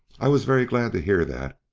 i was very glad to hear that,